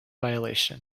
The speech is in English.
violation